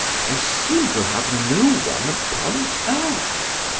i seem to have no one upon earth.